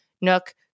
nook